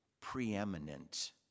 preeminent